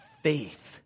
faith